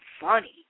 funny